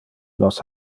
nos